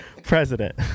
president